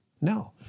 No